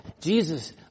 Jesus